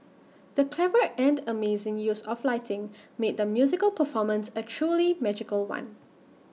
the clever and amazing use of lighting made the musical performance A truly magical one